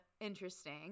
interesting